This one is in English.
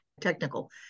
technical